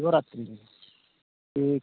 ᱥᱤᱵᱚ ᱨᱟᱛᱛᱨᱤ ᱨᱮ ᱴᱷᱤᱠ